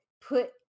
put